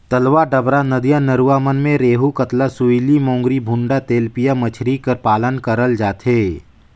तलवा डबरा, नदिया नरूवा मन में रेहू, कतला, सूइली, मोंगरी, भुंडा, तेलपिया मछरी कर पालन करल जाथे